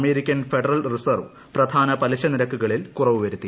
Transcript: American federal reserve പ്രധാന പലിശ നിരക്കുകളിൽ കുറവ് വരുത്തി